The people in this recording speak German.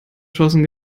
schossen